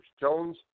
Jones